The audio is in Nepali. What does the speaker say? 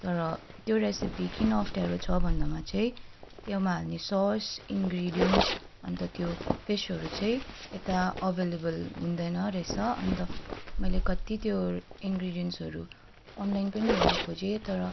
तर त्यो रेसेपी किन अप्ठ्यारो छ भन्दामा चाहिँ त्यसमा हाल्ने सस इन्ग्रिडियन्स अन्त त्यो फिसहरू चाहिँ यता अभाइलेबल हुँदैन रहेछ अन्त मैले कति त्यो इन्ग्रिडियन्सहरू अनलाइन पनि हेर्नु खोजेँ तर